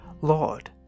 Lord